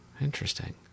Interesting